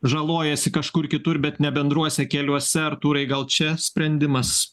žalojasi kažkur kitur bet ne bendruose keliuose artūrai gal čia sprendimas